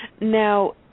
now